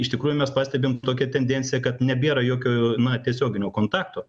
iš tikrųjų mes pastebim tokią tendenciją kad nebėra jokio na tiesioginio kontakto